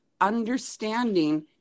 understanding